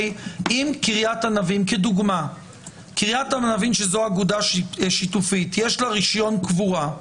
קריית ענבים היא אגודה שיתופית ויש לה רישיון קבורה,